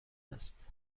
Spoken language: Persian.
است